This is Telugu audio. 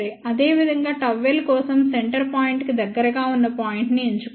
అదేవిధంగా ΓL కోసం సెంటర్ పాయింట్ కు దగ్గరగా ఉన్న పాయింట్ను ఎంచుకోండి